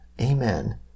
Amen